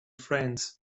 friends